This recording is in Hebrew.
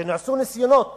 כשנעשו ניסיונות